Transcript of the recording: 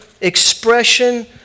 expression